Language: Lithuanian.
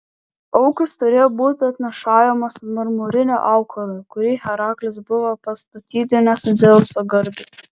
aukos turėjo būti atnašaujamos ant marmurinio aukuro kurį heraklis buvo pastatydinęs dzeuso garbei